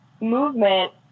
movement